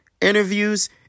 interviews